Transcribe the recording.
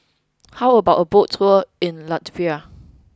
how about a boat tour in Latvia